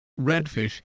redfish